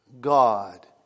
God